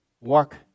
walk